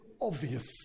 obvious